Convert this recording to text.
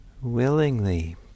willingly